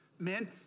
Men